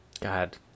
God